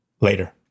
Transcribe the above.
Later